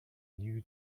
new